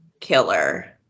killer